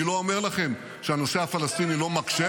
אני לא אומר לכם שהנושא הפלסטיני לא מקשה